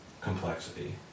complexity